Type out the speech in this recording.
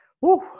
Woo